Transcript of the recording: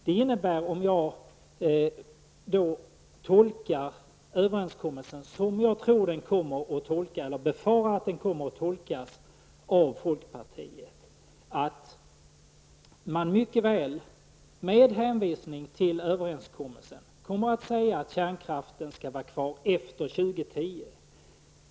Det innebär, om jag tolkar överenskommelsen som jag tror och befarar att den kommer att tolkas av folkpartiet, att man mycket väl med hänvisning till överenskommelsen kommer att kunna säga att kärnkraften skall vara kvar efter 2010.